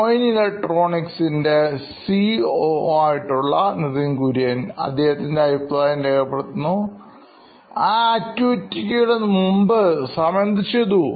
Nithin Kurian COO Knoin Electronics ആ ആക്ടിവിറ്റിയുടെ മുമ്പ് സാം എന്തു ചെയ്തു